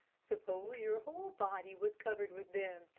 suppose your whole body was covered with them,